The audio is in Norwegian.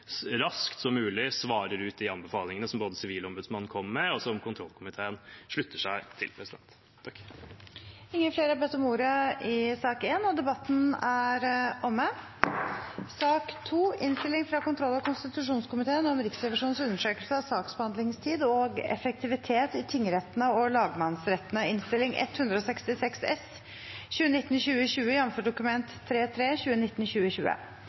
så raskt som mulig svarer ut de anbefalingene som Sivilombudsmannen kommer med, og som kontrollkomiteen slutter seg til. Flere har ikke bedt om ordet til sak nr. 1. Etter ønske fra kontroll- og konstitusjonskomiteen vil presidenten ordne debatten slik: 5 minutter til sakens ordfører, 3 minutter til hver partigruppe og